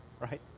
right